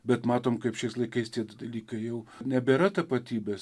bet matom kaip šiais laikais tie du dalykai jau nebėra tapatybės